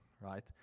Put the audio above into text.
right